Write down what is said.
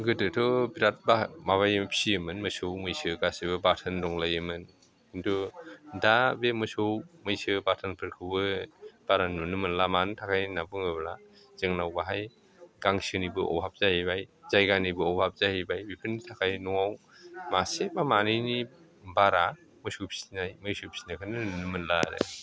गोदोथ' बिराद माबायो फिसियोयोमोन मोसौ मैसो गासैबो बाथोन दंलायोमोन खिन्तु दा बे मोसौ मैसो बाथोनफोरखौबो बारा नुनो मोनला मानि थाखाय होननानै बुङोब्ला जोंनाव बाहाय गांसोनिबो अभाब जाहैबाय जायगानिबो अभाब जाहैबाय बेफोरनि थाखाय न'आव मासे बा मानैनि बारा मोसौ फिसिनाय मैसो फिसिनायखौनो नुनो मोनला आरो